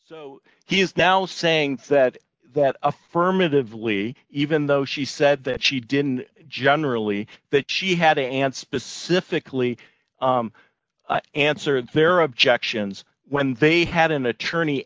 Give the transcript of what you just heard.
he is now saying that that affirmatively even though she said that she didn't generally that she had to and specifically answer their objections when they had an attorney